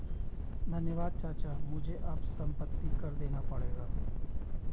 धन्यवाद चाचा मुझे बस अब संपत्ति कर देना पड़ेगा